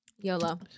YOLO